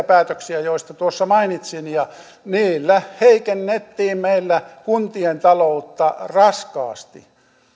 päätöksiä joista tuolla mainitsin ja niillä heikennettiin meillä kuntien taloutta raskaasti